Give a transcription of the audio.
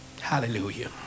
Hallelujah